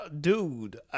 Dude